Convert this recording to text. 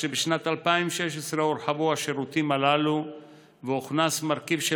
בשנת 2016 הורחבו השירותים הללו והוכנס מרכיב של